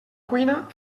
cuina